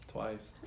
Twice